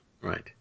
Right